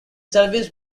serviced